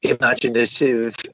imaginative